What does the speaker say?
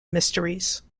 mysteries